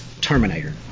Terminator